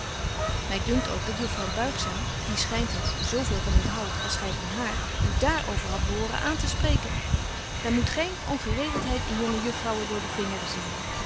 dunkt ook dat juffrouw buigzaam die schynt het zo veel van u houdt als gy van haar u dààr over hadt behoren aan te spreken men moet geen ongeregeltheid in jonge juffrouwen door de vingeren zien